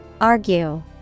Argue